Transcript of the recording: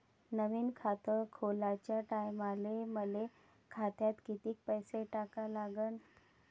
नवीन खात खोलाच्या टायमाले मले खात्यात कितीक पैसे टाका लागन?